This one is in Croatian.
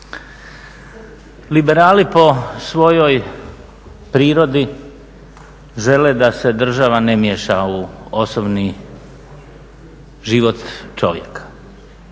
Liberali po svojoj prirodi žele da se država ne miješa u osobni život čovjeka.